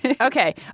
Okay